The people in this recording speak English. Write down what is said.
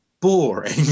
boring